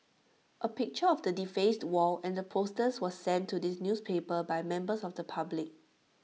A picture of the defaced wall and the posters was sent to this newspaper by members of the public